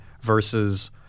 versus